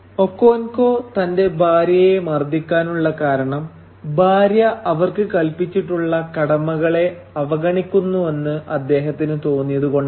Okonkwo തന്റെ ഭാര്യയെ മർദ്ധിക്കാനുള്ള കാരണം ഭാര്യ അവർക്ക് കല്പിച്ചിട്ടുള്ള കടമകളെ അവഗണിക്കുന്നുവെന്ന് അദ്ദേഹത്തിന് തോന്നിയത് കൊണ്ടാണ്